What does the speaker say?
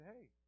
Hey